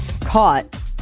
caught